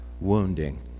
wounding